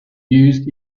used